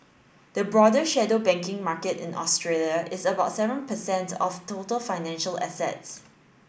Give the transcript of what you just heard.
the broader shadow banking market in Australia is about seven per cent of total financial assets